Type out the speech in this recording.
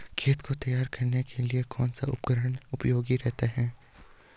खेत को तैयार करने के लिए कौन सा उपकरण उपयोगी रहता है?